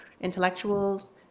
intellectuals